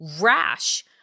rash